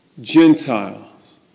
Gentiles